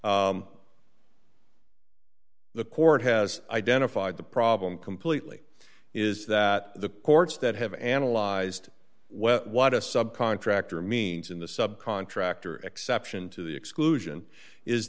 the court has identified the problem completely is that the courts that have analyzed whether what a subcontractor means in the subcontractor exception to the exclusion is